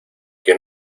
que